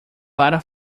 para